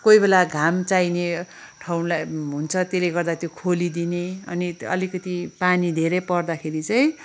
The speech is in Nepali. कोही बेला घाम चाहिने ठाउँलाई हुन्छ त्यसले गर्दा त्यो खोलिदिने अनि अलिकति पानी धेरै पर्दाखेरि चाहिँ